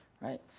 right